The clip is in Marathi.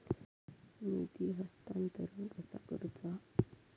निधी हस्तांतरण कसा करुचा?